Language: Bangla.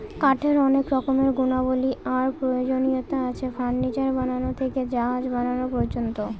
কাঠের অনেক রকমের গুণাবলী আর প্রয়োজনীয়তা আছে, ফার্নিচার বানানো থেকে জাহাজ বানানো পর্যন্ত